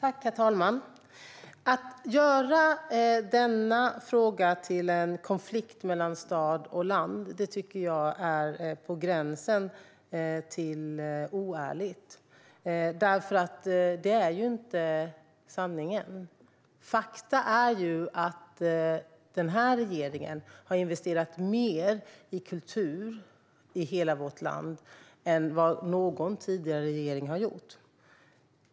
Herr talman! Att göra denna fråga till en konflikt mellan stad och land är på gränsen till oärligt, för det är inte sanningen. Fakta är att denna regering har investerat mer i kultur i hela vårt land än vad någon tidigare regering har gjort.